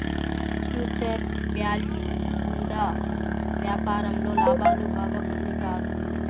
future value గుండా వ్యాపారంలో లాభాలు బాగా పొందుతారు